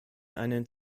einen